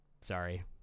Sorry